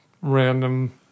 random